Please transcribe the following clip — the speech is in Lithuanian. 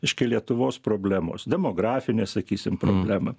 reiškia lietuvos problemos demografinė sakysim problema